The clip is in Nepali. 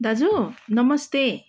दाजु नमस्ते